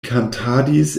kantadis